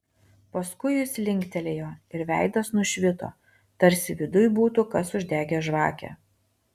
paskui jis linktelėjo ir veidas nušvito tarsi viduj būtų kas uždegęs žvakę